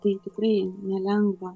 tai tikrai nelengva